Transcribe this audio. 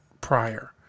prior